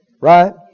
Right